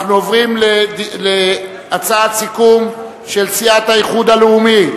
אנחנו עוברים להצעת הסיכום של סיעת האיחוד הלאומי.